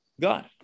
God